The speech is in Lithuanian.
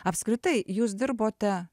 apskritai jūs dirbote